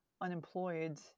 unemployed